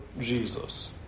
Jesus